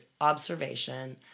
observation